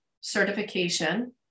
certification